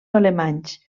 alemanys